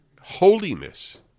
holiness